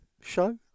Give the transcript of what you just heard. show